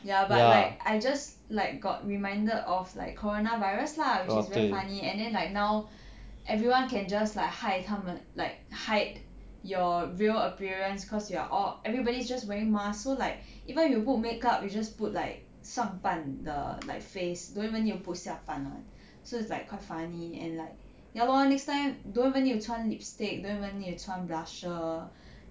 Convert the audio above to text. ya but like I just like got reminded of like corona virus lah which is very funny and then like now everyone can just like hide 他们 like hide your real appearance cause you are all everybody's just wearing mask so like even if you put make up you just put like 上半 the like face don't even need to put 下半 lor so it's like quite funny and like ya lor next time don't even need to 穿 lipstick don't even need to 穿 blusher